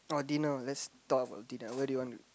or dinner let's talk about dinner where do you want to